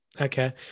Okay